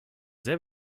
sehr